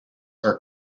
are